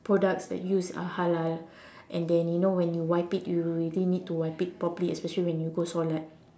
products that used are halal and then you know when you wipe it you really need to wipe it properly especially when you go solat